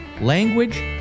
language